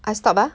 I stop ah